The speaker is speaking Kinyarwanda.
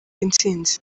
intsinzi